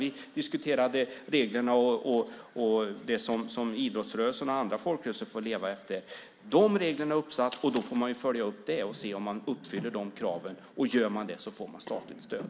Vi diskuterade tidigare reglerna som idrottsrörelsen och andra folkrörelser får leva efter. De reglerna är uppsatta, och man får följa upp detta och se om kraven uppfylls. Om de uppfylls får samfundet statligt stöd.